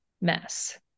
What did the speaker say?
mess